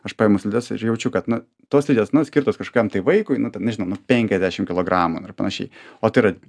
aš paimu slides ir jaučiu kad na tos slidės nu skirtos kažkokiam tai vaikui nu ten nežinau nu penkiasdešim kilogramų ar panašiai o tai yra